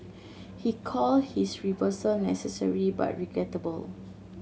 he called his reversal necessary but regrettable